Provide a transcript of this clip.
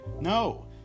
No